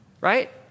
Right